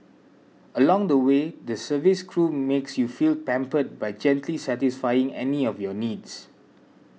along the way the service crew makes you feel pampered by gently satisfying any of your needs